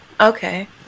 Okay